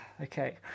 Okay